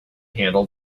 handle